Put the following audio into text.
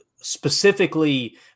specifically